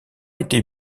était